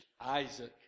Isaac